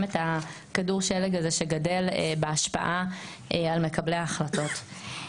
את הכדור שלג הזה שדגל בהשפעה על מקבלי ההחלטות.